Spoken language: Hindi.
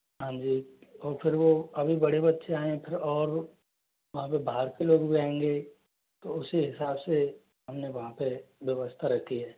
हाँ जी और फिर वो अभी बड़े बच्चे आएं फिर और वहाँ पे बाहर के लोग भी आएंगे तो उसी हिसाब से हमने वहाँ पे व्यवस्था रखी हैं